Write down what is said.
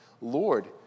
Lord